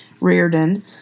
Reardon